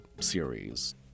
series